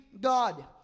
God